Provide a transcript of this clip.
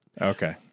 Okay